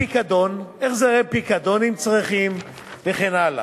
הפיקדון, החזרי פיקדון, אם צריכים, וכן הלאה.